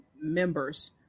members